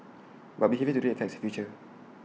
but behaviour today affects the future